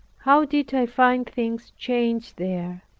how did i find things changed there!